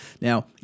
Now